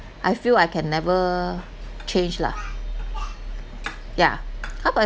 I feel I can never change lah yeah how about